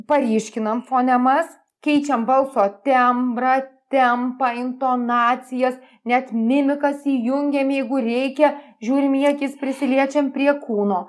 paryškinam fonemas keičiam balso tembrą tempą intonacijas net mimikas įjungiam jeigu reikia žiūrim į akis prisiliečiam prie kūno